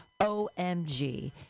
OMG